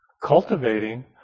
cultivating